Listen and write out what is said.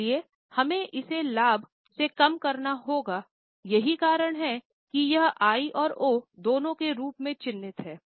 इसलिए हमें इसे लाभ से कम करना होगा यही कारण है कि यह आई और ओ दोनों के रूप में चिह्नित है